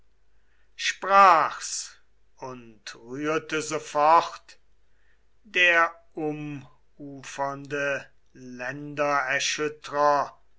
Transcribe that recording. sprach's und rührte sofort der umufernde